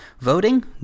voting